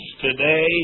today